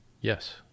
Yes